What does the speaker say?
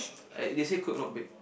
I they say cook not bake